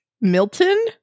milton